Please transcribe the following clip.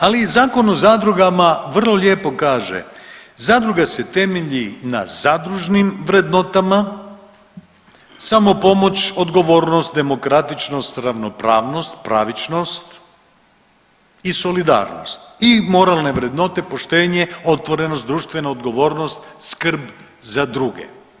Ali i Zakon o zadrugama vrlo lijepo kaže, zadruga se temelji na zadružnim vrednotama, samopomoć, odgovornost, demokratičnost, ravnopravnost, pravičnost i solidarnost i moralne vrednote poštenje, otvorenost, društvena odgovornost, skrb za druge.